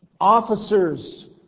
Officers